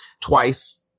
twice